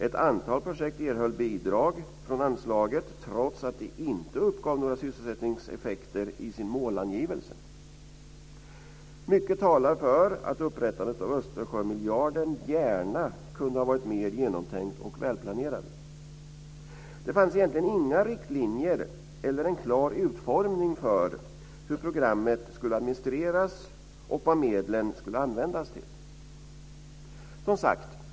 "Ett antal projekt erhöll bidrag från anslaget trots att de inte uppgav några sysselsättningseffekter i sin målangivelse." "Mycket talar för att upprättandet av Östersjömiljarden gärna kunde ha varit mer genomtänkt och välplanerad." "Det fanns egentligen inga riktlinjer eller en klar utformning för hur programmet skulle administreras och vad medlen skulle användas till."